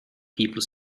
people